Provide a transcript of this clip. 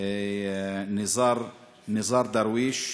נזאר דרוויש,